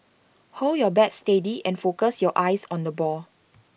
hold your bat steady and focus your eyes on the ball